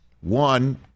One